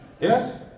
Yes